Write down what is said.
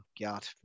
God